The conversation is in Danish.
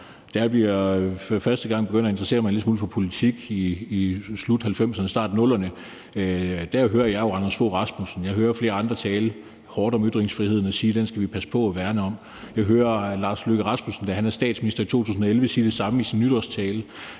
Da jeg første gang begynder at interessere mig en lille smule for politik i slutningen af 1990'erne og starten af 00'erne, hører jeg jo Anders Fogh Rasmussen og flere andre tale hårdt om ytringsfriheden og sige, at den skal vi passe på og værne om. Jeg hører Lars Løkke Rasmussen, da han er statsminister i 2011, sige det samme i sin nytårstale,